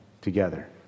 together